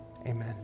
Amen